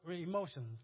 emotions